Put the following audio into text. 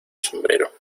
sombrero